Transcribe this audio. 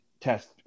test